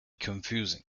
confusing